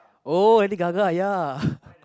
oh Lady Gaga ya